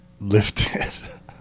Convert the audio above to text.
lifted